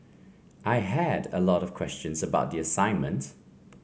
I had a lot of questions about the assignment